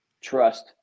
trust